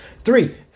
Three